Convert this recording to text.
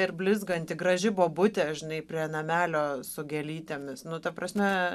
dar blizganti graži bobutė žinai prie namelio su gėlytėmis nu ta prasme